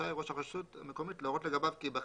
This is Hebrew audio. רשאי ראש הרשות להורות לגביו כי ייבחן